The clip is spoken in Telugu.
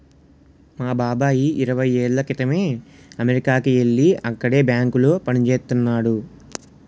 మా బాబాయి ఇరవై ఏళ్ళ క్రితమే అమెరికాకి యెల్లి అక్కడే బ్యాంకులో పనిజేత్తన్నాడు